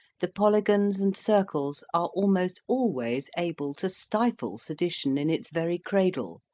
the polygons and circles are almost always able to stifle sedition in its very cradle,